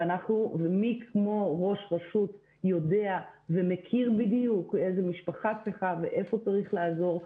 ומי כמו ראש רשות יודע ומכיר בדיוק איזו משפחה צריכה ואיפה צריך לעזור.